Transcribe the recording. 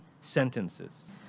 sentences